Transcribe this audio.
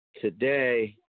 Today